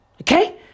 okay